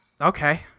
Okay